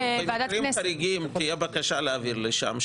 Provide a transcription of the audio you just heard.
אם במקרים חריגים תהיה בקשה להעביר לשם,